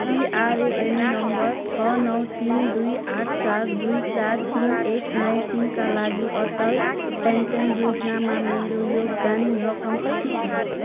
PRAN number छ नौ तिन दुई आठ चार दुई चार तिन एक नौ तिनका लागि अटल पेन्सन योजनामा मेरो योगदान रकम कति छ